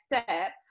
step